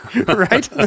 right